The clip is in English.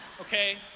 Okay